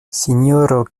sinjoro